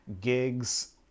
gigs